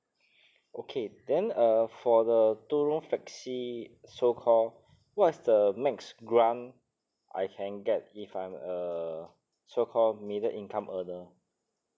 okay then uh for the two room flexi so call what's the max grant I can get if I'm a so call middle income earner